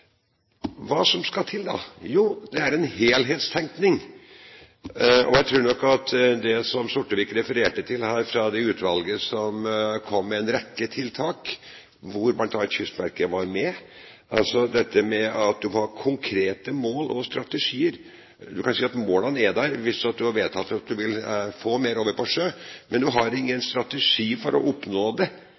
Hva skal til, da? Jo, det er en helhetstenkning og det som Sortevik refererte til fra det utvalget som kom med en rekke tiltak, hvor bl.a. Kystverket var med, dette med at man må ha konkrete mål og strategier. Du kan si at målene er der hvis man har vedtatt at man vil ha mer over på sjø, men man har ingen strategi for å oppnå det,